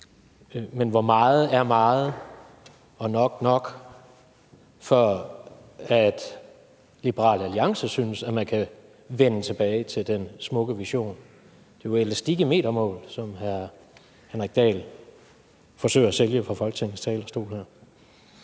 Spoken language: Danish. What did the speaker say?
Hvor meget er meget, og hvornår er nok nok, før Liberal Alliance synes, at man kan vende tilbage til den smukke vision? Det er jo elastik i metermål, som hr. Henrik Dahl forsøger at sælge her fra Folketingets talerstol.